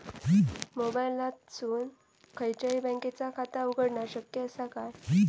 मोबाईलातसून खयच्याई बँकेचा खाता उघडणा शक्य असा काय?